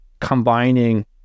combining